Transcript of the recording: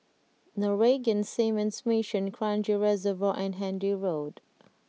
Norwegian Seamen's Mission Kranji Reservoir and Handy Road